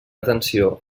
atenció